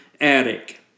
attic